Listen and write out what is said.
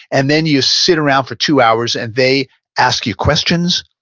and then you sit around for two hours and they ask you questions,